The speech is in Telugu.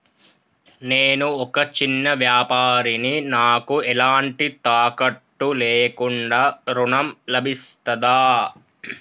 నేను ఒక చిన్న వ్యాపారిని నాకు ఎలాంటి తాకట్టు లేకుండా ఋణం లభిస్తదా?